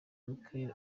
michael